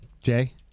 jay